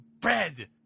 bread